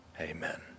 amen